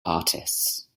artists